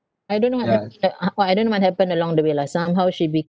I don't know what happened to her uh what I don't know what happened along the way lah somehow she be~